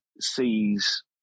sees